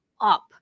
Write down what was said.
up